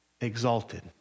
exalted